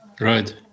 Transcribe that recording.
Right